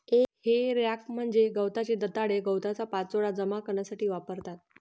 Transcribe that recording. हे रॅक म्हणजे गवताचे दंताळे गवताचा पाचोळा जमा करण्यासाठी वापरतात